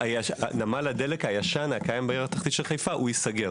ונמל הדלק הישן הקיים בעיר התחתית של חיפה ייסגר.